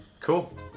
Cool